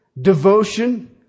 devotion